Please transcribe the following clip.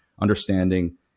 understanding